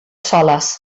soles